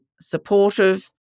supportive